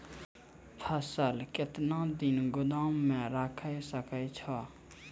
फसल केतना दिन गोदाम मे राखै सकै छौ?